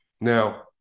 Now